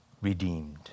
redeemed